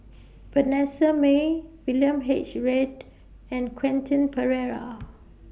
Vanessa Mae William H Read and Quentin Pereira